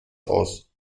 aus